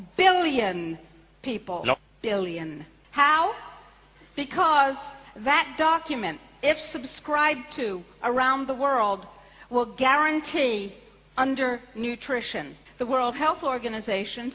billion people billion how because of that document if subscribe to around the world will guarantee under nutrition the world health organization